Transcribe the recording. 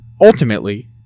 ultimately